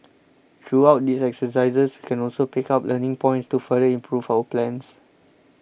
through out these exercises we can also pick up learning points to further improve our plans